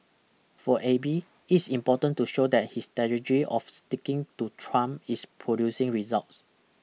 for Abe it's important to show that his strategy of sticking to Trump is producing results